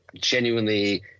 genuinely